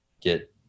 get